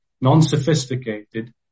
non-sophisticated